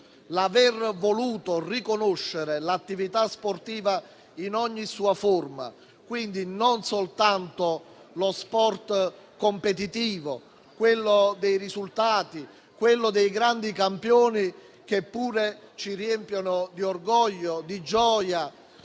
Si è voluto riconoscere l'attività sportiva in ogni sua forma, e quindi non soltanto lo sport competitivo, quello dei risultati, quello dei grandi campioni, che pure ci riempie di orgoglio e gioia